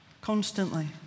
constantly